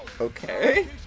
Okay